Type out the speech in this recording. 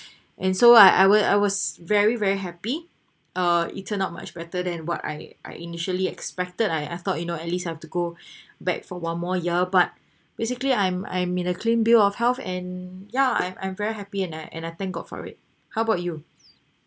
and so I I wa~ I was very very happy uh eaten out much better than what I I initially expected I I thought you know at least I have to go back for one more year but basically I'm I'm in a clean bill of health and yeah I'm I'm very happy and I and I thank god for it how about you